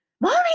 mommy